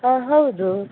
ಹಾಂ ಹೌದು